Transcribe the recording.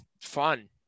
fun